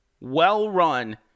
well-run